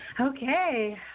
Okay